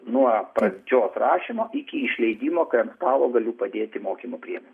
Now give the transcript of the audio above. nuo pradžios rašymo iki išleidimo kai ant stalo galiu padėti mokymo priemonę